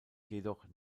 jedoch